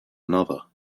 another